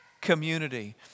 community